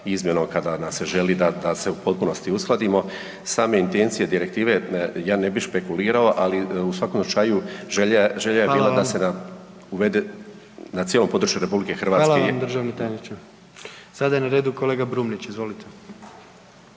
izmjenom kada se želi da se u potpunosti uskladimo. Same intencije direktive ja ne bih špekulirao, ali u svakom slučaju želja je bila da se uvede na cijelom području RH. **Jandroković, Gordan (HDZ)** Hvala vam državni tajniče. Sada je na redu kolega Brumnić. Izvolite.